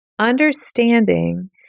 Understanding